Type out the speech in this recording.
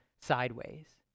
sideways